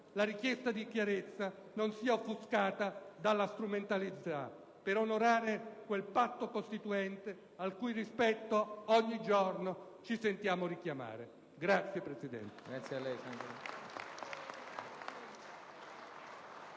la richiesta di chiarezza non sia offuscata dalla strumentalità, per onorare quel patto costituente al cui rispetto ogni giorno ci sentiamo richiamare. *(Applausi